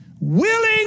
Willing